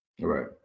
Right